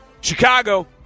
Chicago